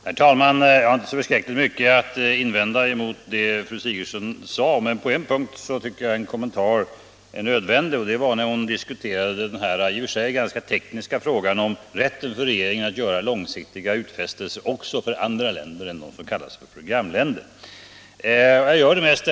Herr talman! Jag har inte så förskräckligt mycket att invända mot det som fru Sigurdsen sade, men på en punkt tycker jag att en kommentar är nödvändig. Det gäller fru Sigurdsens sätt att diskutera frågan om rätten för regeringen att göra långsiktiga utfästelser också till andra länder än de som kallas programländer.